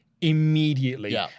immediately